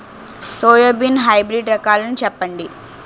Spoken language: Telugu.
సోయాబీన్ హైబ్రిడ్ రకాలను చెప్పండి?